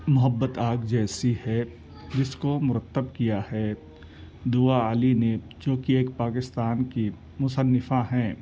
محبت آگ جیسی ہے جس کو مرتب کیا ہے دعا علی نے جو کہ ایک پاکستان کی مصنفہ ہیں